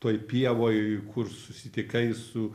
toj pievoj kur susitinkai jis su